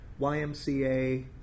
YMCA